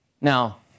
Now